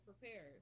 prepared